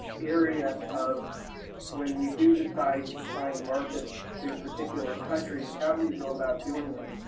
area of when you do decide to try and market to particular countries. how do you go about doing it?